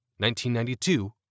1992